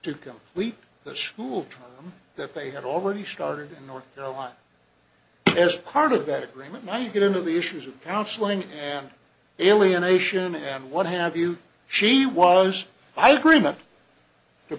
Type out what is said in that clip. to complete the school trip that they had already started in north carolina as part of that agreement might get into the issues of counseling and alienation and what have you she was i agree